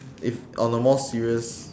if on a more serious